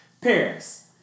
Paris